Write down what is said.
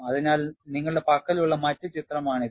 അതിനാൽ നിങ്ങളുടെ പക്കലുള്ള മറ്റ് ചിത്രമാണിത്